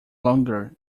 longer